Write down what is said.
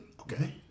Okay